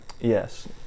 Yes